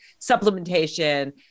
supplementation